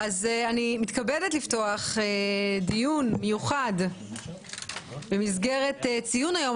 אני מתכבדת לפתוח דיון מיוחד במסגרת ציון היום